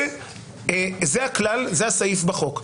זה הסעיף בחוק.